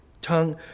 tongue